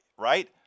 Right